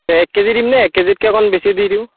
এক কেজি দিমনে এক কেজিতকৈ অকণ বেছি দি দিওঁ